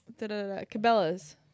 Cabela's